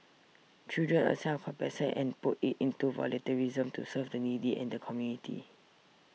children a sense of compassion and put it into volunteerism to serve the needy and the community